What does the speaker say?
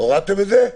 הורדתם את זה?